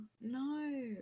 no